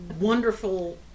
wonderful